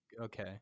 okay